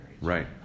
right